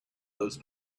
those